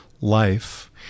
life